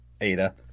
Ada